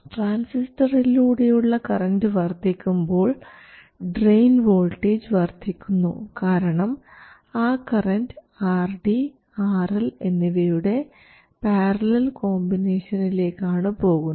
ട്രാൻസിസ്റ്ററിലൂടെയുള്ള current വർദ്ധിക്കുമ്പോൾ drain voltage വർദ്ധിക്കുന്നു കാരണം ആ കറൻറ് RD RL എന്നിവയുടെ പാരലൽ കോമ്പിനേഷനിലേക്ക് ആണ് പോകുന്നത്